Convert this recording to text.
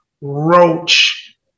roach